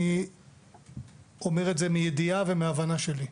אני אומר את זה מידיעה ומההבנה שלי.